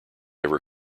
ever